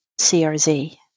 CRZ